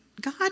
God